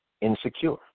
Insecure